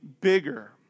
bigger